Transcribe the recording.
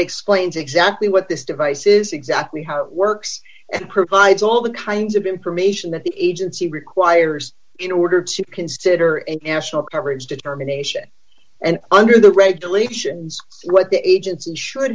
exactly what this device is exactly how it works and provides all the kinds of information that the agency requires in order to consider and national coverage determination and under the regulations what the agency should